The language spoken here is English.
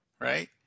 right